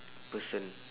person